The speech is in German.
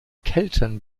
kelten